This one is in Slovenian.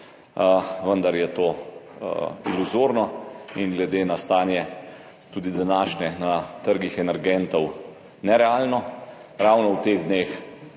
vendar je to iluzorno in glede na stanje, tudi današnje, na trgih energentov nerealno. Ravno v teh dneh,